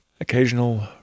occasional